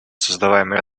создаваемые